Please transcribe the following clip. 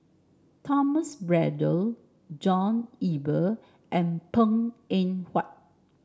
Thomas Braddell John Eber and Png Eng Huat